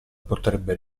potrebbe